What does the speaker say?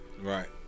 Right